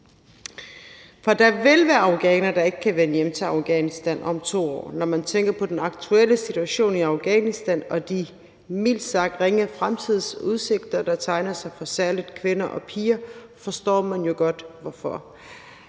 For der vil være afghanere, der ikke kan vende hjem til Afghanistan om 2 år. Når man tænker på den aktuelle situation i Afghanistan og de mildt sagt ringe fremtidsudsigter, der tegner sig for særlig kvinder og piger, forstår man jo godt hvorfor.